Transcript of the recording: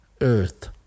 earth